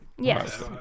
Yes